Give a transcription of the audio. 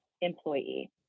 employee